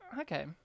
Okay